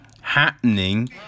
Happening